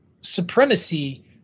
supremacy